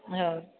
हा